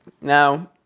Now